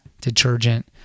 detergent